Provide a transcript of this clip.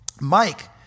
Mike